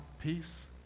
peace